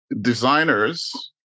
designers